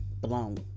blown